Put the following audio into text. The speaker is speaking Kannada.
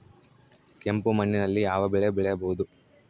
ಕೆಂಪು ಮಣ್ಣಿನಲ್ಲಿ ಯಾವ ಬೆಳೆ ಬೆಳೆಯಬಹುದು?